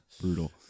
Brutal